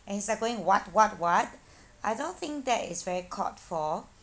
and he's like going what what what I don't think that is very called for